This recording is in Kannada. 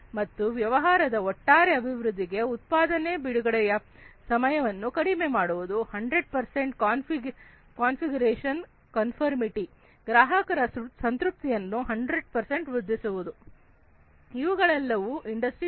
ಮತ್ತು ವ್ಯವಹಾರದ ಒಟ್ಟಾರೆ ಅಭಿವೃದ್ಧಿಗೆ ಉತ್ಪಾದನೆ ಬಿಡುಗಡೆಯ ಸಮಯವನ್ನು ಕಡಿಮೆ ಮಾಡುವುದು 100 ಕಾನ್ಫಿಗರೇಶನ್ ಕನ್ಫರ್ಮ್ಮಿಟಿ ಗ್ರಾಹಕರ ಸಂತೃಪ್ತಿಯನ್ನು 100 ವೃದ್ಧಿಸುವುದು ಇವುಗಳೆಲ್ಲವೂ ಇಂಡಸ್ಟ್ರಿ4